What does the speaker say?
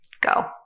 go